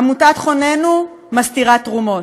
עמותת חוננו, מסתירה תרומות.